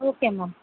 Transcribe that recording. okay ma'am